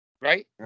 Right